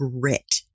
grit